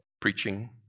Preaching